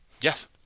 Yes